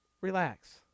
relax